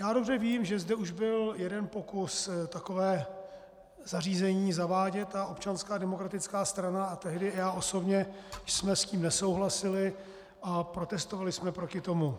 Já dobře vím, že zde už byl jeden pokus takové zařízení zavádět a Občanská demokratická strana a tehdy i já osobně jsme s tím nesouhlasili a protestovali jsme proti tomu.